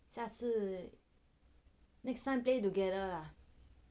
下次 next time play together lah